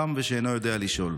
תם ושאינו יודע לשאול.